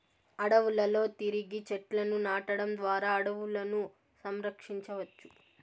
అడవులలో తిరిగి చెట్లను నాటడం ద్వారా అడవులను సంరక్షించవచ్చు